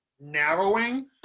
narrowing